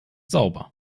sauber